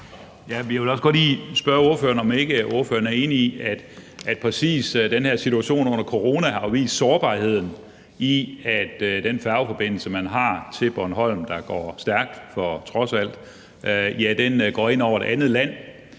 er enig i, at præcis den her situation under corona jo har vist sårbarheden i, at den færgeforbindelse, som man har til Bornholm, og som trods alt går stærkt, går ind over et andet land.